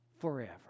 Forever